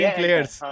players